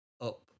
up